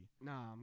Nah